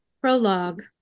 Prologue